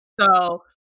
So-